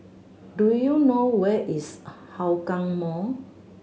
do you know where is Hougang Mall